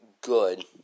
good